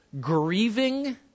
grieving